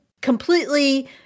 completely